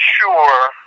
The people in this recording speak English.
sure